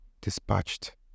dispatched